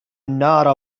النار